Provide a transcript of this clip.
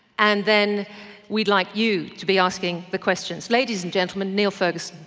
and then we'd like you to be asking the questions. ladies and gentleman, niall ferguson.